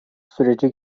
süreci